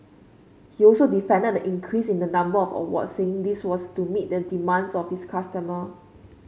he also defended the increase in the number of awards saying this was to meet the demands of his customer